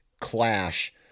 clash